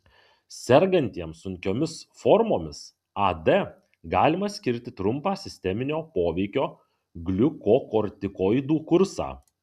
sergantiems sunkiomis formomis ad galima skirti trumpą sisteminio poveikio gliukokortikoidų kursą